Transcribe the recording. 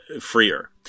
freer